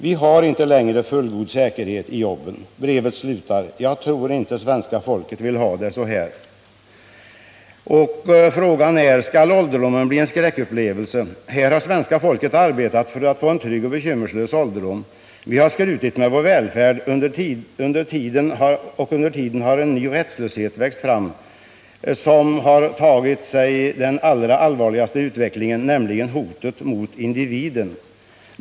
Vi har inte längre fullgod säkerhet i jobben.” Brevet slutar: ”Jag tror inte svenska folket vill ha det så här.” Frågan är: Skall ålderdomen bli en skräckupplevelse? Här har svenska folket arbetat för att få en trygg och bekymmerslös ålderdom. Vi har skrutit med vår välfärd, och under tiden har en ny rättslöshet växt fram som har lett till den allra allvarligaste utvecklingen, nämligen hotet mot individen.